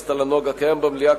המבוססת על הנוהג הקיים במליאה,